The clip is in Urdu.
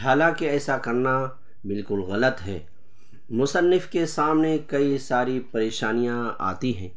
حالانکہ ایسا کرنا بالکل غلط ہے مصنف کے سامنے کئی ساری پریشانیاں آتی ہیں